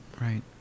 right